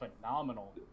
phenomenal